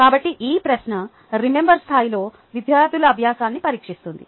కాబట్టి ఈ ప్రశ్న రిమెంబర్ స్థాయిలో విద్యార్థుల అభ్యాసాన్ని పరీక్షిస్తుంది